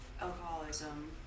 alcoholism